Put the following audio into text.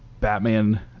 Batman